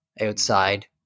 outside